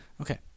Okay